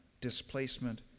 displacement